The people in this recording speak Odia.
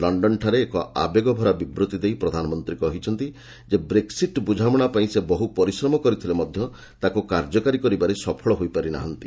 ଲକ୍ଷନଠାରେ ଏକ ଆବେଗଭରା ବିବୂତ୍ତି ଦେଇ ପ୍ରଧାନମନ୍ତ୍ରୀ କହିଛନ୍ତି ଯେ ବ୍ରେକ୍ସିଟ୍ ବୁଝାମଣା ପାଇଁ ସେ ବହୁ ପରିଶ୍ରମ କରିଥିଲେ ମଧ୍ୟ ତାକୁ କାର୍ଯ୍ୟକାରୀ କରିବାରେ ସଫଳ ହୋଇପାରି ନାହାନ୍ତି